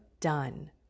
done